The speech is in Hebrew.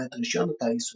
קיבלה את רישיון הטיס,